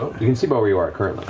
you can see beau where you are